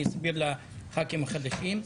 אני מסביר לח"כים החדשים.